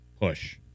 push